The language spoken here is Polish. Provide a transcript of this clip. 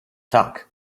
tak